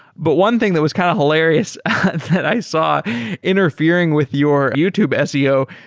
but one thing that was kind of hilarious that i saw interfering with your youtube seo,